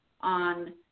on